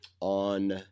on